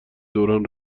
دوران